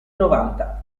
novanta